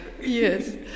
Yes